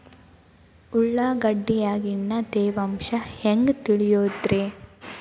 ಉಳ್ಳಾಗಡ್ಯಾಗಿನ ತೇವಾಂಶ ಹ್ಯಾಂಗ್ ತಿಳಿಯೋದ್ರೇ?